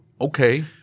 okay